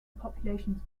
populations